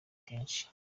kenshi